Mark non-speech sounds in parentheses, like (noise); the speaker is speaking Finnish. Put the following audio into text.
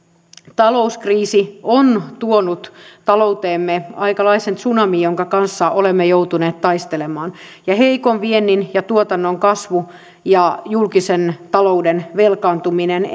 talouskriisi on tuonut talouteemme aikalaisen tsunamin jonka kanssa olemme joutuneet taistelemaan heikon viennin ja tuotannon kasvu ja julkisen talouden velkaantuminen (unintelligible)